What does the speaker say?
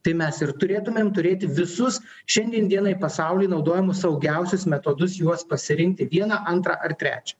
tai mes ir turėtumėm turėti visus šiandien dienai pasauly naudojamus saugiausius metodus juos pasirinkti vieną antrą ar trečią